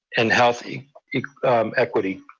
and healthy equity.